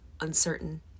uncertain